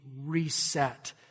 reset